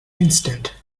instant